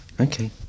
okay